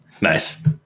Nice